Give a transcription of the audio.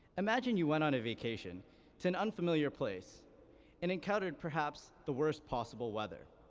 imagine you went on a vacation to an unfamiliar place and encountered, perhaps, the worst possible weather.